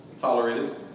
tolerated